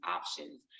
options